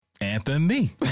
Anthony